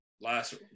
last